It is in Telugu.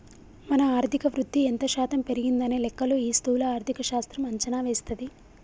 మన ఆర్థిక వృద్ధి ఎంత శాతం పెరిగిందనే లెక్కలు ఈ స్థూల ఆర్థిక శాస్త్రం అంచనా వేస్తది